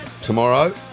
Tomorrow